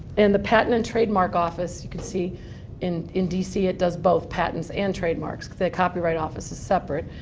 and the patent and trademark office, you can see in in dc, it does both patents and trademarks. the copyright office is separate.